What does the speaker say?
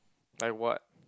like what